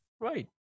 right